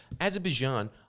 Azerbaijan